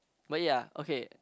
but ya okay